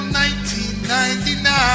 1999